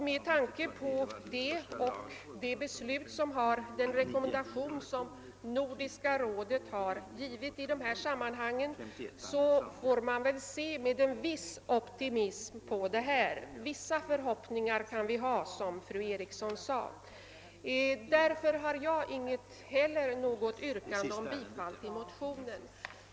Med tanke på det och med tanke på den rekommendation som Nordiska rådet har gjort får man väl se med en viss optimism på saken — vissa förhoppningar kan vi ha, såsom fru Eriksson sade. Därför har jag inte heller något yrkande om bifall till motionen.